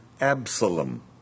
Absalom